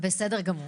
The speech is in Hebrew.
בסדר גמור.